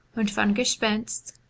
und von gespenst,